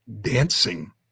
dancing